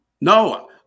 No